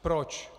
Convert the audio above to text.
Proč?